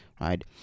right